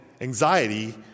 anxiety